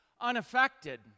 unaffected